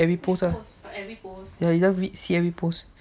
every post ah ya you just read see every post